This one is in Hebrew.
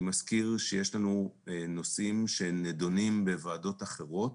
אני מזכיר שיש לנו נושאים שנדונים בוועדות אחרות.